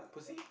pussy